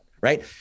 right